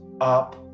up